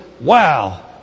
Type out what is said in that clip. Wow